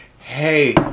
hey